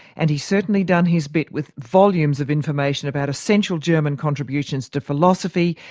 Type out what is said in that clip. and he's certainly done his bit with volumes of information about essential german contributions to philosophy,